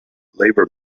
labour